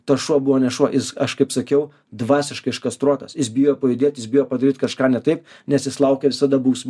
tas šuo buvo ne šuo jis aš kaip sakiau dvasiškai iškastruotas jis bijojo pajudėt jis bijojo padaryt kažką ne taip nes jis laukė visada bausm